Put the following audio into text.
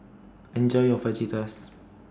Enjoy your Fajitas